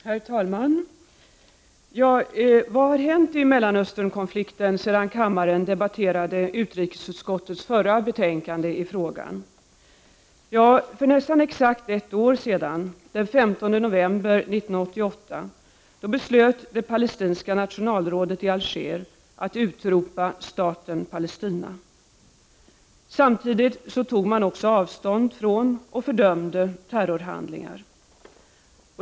Herr talman! Vad har hänt i Mellanösternkonflikten sedan kammaren debatterade utrikesutskottets förra betänkande i frågan? Ja, för nästan exakt ett år sedan, den 15 november 1988, beslöt det palestinska nationalrådet i Alger att utropa staten Palestina. Samtidigt tog man också avstånd från och fördömde terrorhandlingar.